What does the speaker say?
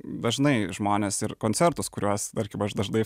dažnai žmonės ir koncertus kuriuos tarkim aš dažnai